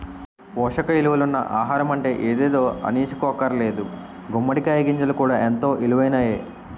పోసక ఇలువలున్న ఆహారమంటే ఎదేదో అనీసుకోక్కర్లేదు గుమ్మడి కాయ గింజలు కూడా ఎంతో ఇలువైనయే